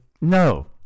No